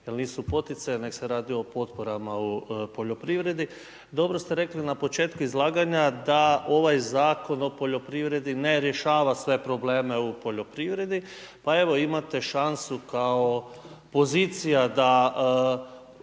jer nisu poticaji nego se radi o potporama u poljoprivredi. Dobro ste rekli na početku izlaganja da ovaj Zakon o poljoprivredi ne rješava sve probleme u poljoprivredi, pa evo imate šansu kao pozicija da